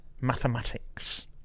mathematics